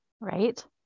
Right